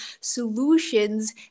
solutions